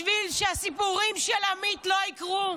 בשביל שהסיפורים של עמית לא יקרו.